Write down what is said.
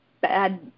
bad